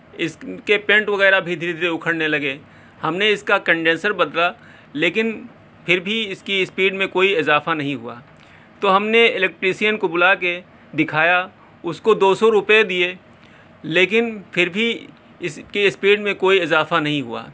اس کے پنٹ وغیرہ بھی دھیرے دھیرے اکھڑنے لگے ہم نے اس کا کنڈنسر بدلا لیکن پھر بھی اس کی اسپیڈ میں کوئی اضافہ نہیں ہوا تو ہم نے الیکٹریشین کو بلا کے دکھایا اس کو دو سو روپئے دیئے لیکن پھر بھی اس کی اسپیڈ میں کوئی اضافہ نہیں ہوا